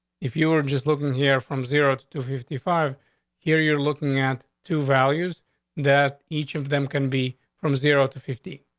if you were just looking here from zero to fifty five here you're looking at two values that each of them can be from zero to fifty.